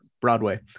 Broadway